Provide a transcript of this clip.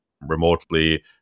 remotely